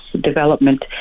development